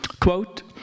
Quote